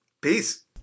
Peace